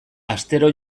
astero